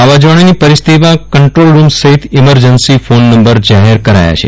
વાવાઝોડાની પરિસ્થિતિમાં કંન્ટ્રોલરૂમ સહિત ઈમરજન્સી ફોન નંબર જાહેર કરાયા છે